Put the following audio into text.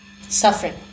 Suffering